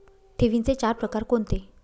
ठेवींचे चार प्रकार कोणते?